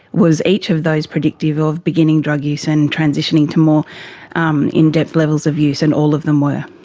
was each of those predictive of beginning drug use and transitioning to more um in-depth levels of use, and all of them were.